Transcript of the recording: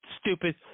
Stupid